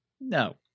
no